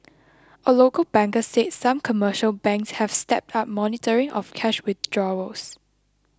a local banker said some commercial banks have stepped up monitoring of cash withdrawals